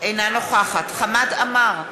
אינה נוכחת חמד עמאר,